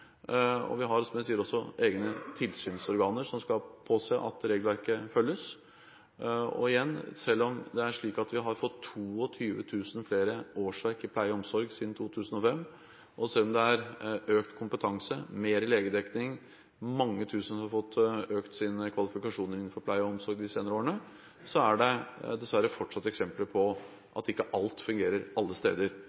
Vi har, som jeg sier, også egne tilsynsorganer som skal påse at regelverket følges. Igjen: Selv om det er slik at vi har fått 22 000 flere årsverk i pleie- og omsorgssektoren siden 2005, og selv om det er økt kompetanse, mer legedekning og mange tusen har fått økt sine kvalifikasjoner innen pleie og omsorg de senere årene, er det dessverre fortsatt eksempler på